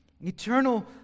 Eternal